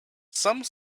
some